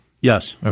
Yes